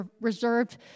reserved